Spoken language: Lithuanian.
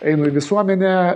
einu į visuomenę